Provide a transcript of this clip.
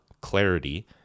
clarity